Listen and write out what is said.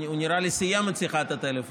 נראה לי שהוא סיים את שיחת הטלפון,